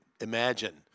imagine